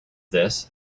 this